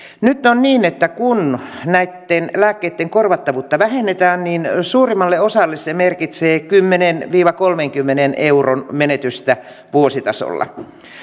nyt on niin että kun näitten lääkkeitten korvattavuutta vähennetään niin suurimmalle osalle se merkitsee kymmenen viiva kolmenkymmenen euron menetystä vuositasolla